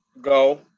go